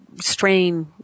strain